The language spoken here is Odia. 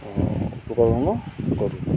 ଉତ୍ପାଦନ କରୁ